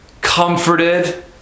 comforted